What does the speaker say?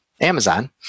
Amazon